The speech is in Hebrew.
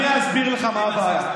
אני אסביר לך מה הבעיה.